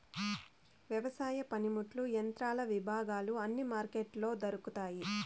వ్యవసాయ పనిముట్లు యంత్రాల విభాగాలు అన్ని మార్కెట్లో దొరుకుతాయి